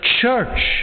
church